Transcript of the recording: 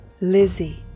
Lizzie